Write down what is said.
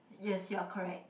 yes you are correct